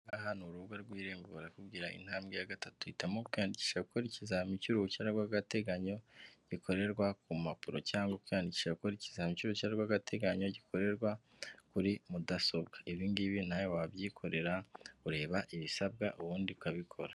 Aha ngaha ni urubuga rw'irembo rurakubwira intambwe ya gatatu. Hitamo bwanditse kora ikizamini cy'uruhushya rw'agateganyo, gikorerwa ku mpapuro cyangwa kwiyandikira ikizamini cy'uruhushya rw'agateganyo gikorerwa kuri mudasobwa. Ibi ngibi nawe wabyikorera, ureba ibisabwa ubundi ukabikora.